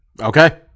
Okay